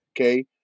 okay